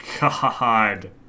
God